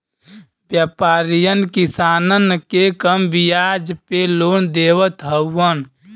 व्यापरीयन किसानन के कम बियाज पे लोन देवत हउवन